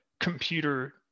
computer